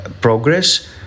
progress